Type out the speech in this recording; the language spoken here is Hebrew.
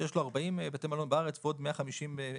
שיש לו 40 בתי מלון בארץ ועוד 150 באירופה,